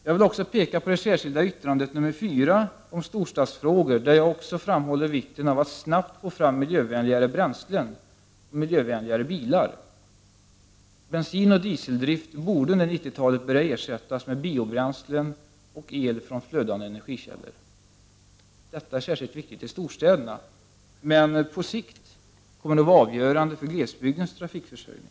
Jag vill också peka på det särskilda yttrandet nr 4 om storstadsfrågor, där jag framhåller vikten av att snabbt få fram miljövänligare bränslen och miljövänligare bilar. Bensinoch dieseldrift borde under 90-talet kunna ersättas genom drift med biobränslen och el från flödande energikällor. Detta är särskilt viktigt i storstäderna, men på sikt kommer det att vara avgörande för glesbygdens trafikförsörjning.